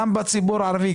גם בציבור הערבי,